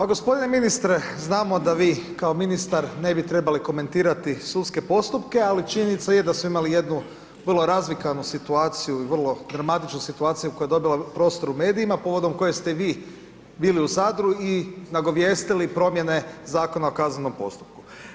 A gospodine ministre, znamo da vi kao ministar, ne bi trebali komentirati sudske postupke, ali činjenica je da smo imali jednu vrlo razvikanu situaciju i vrlo dramatičnu situaciju, koja je dobila prostor u medijima povodom koje ste vi bili u Zadru i nagovijestili promjene Zakona o kaznenom postupku.